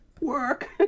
work